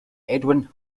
edwin